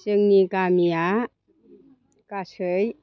जोंनि गामिया गासै